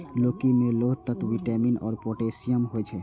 लौकी मे लौह तत्व, विटामिन आ पोटेशियम होइ छै